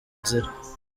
nzira